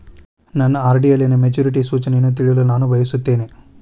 ನನ್ನ ಆರ್.ಡಿ ಯಲ್ಲಿನ ಮೆಚುರಿಟಿ ಸೂಚನೆಯನ್ನು ತಿಳಿಯಲು ನಾನು ಬಯಸುತ್ತೇನೆ